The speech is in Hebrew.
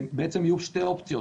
יהיו שתי אופציות.